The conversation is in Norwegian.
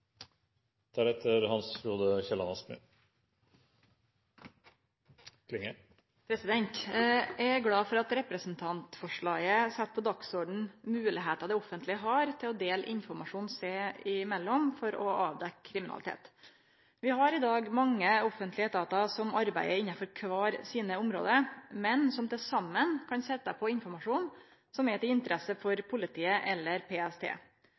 glad for at representantforslaget set på dagsordenen moglegheitene det offentlege har til å dele informasjon seg imellom for å avdekke kriminalitet. Vi har i dag mange offentlege etatar som arbeider innafor kvart sitt område, men som til saman kan sitje på informasjon som er av interesse for politiet eller PST.